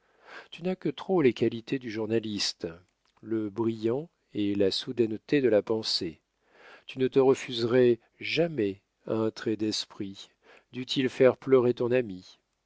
tu n'as que trop les qualités du journaliste le brillant et la soudaineté de la pensée tu ne te refuserais jamais à un trait d'esprit dût-il faire pleurer ton ami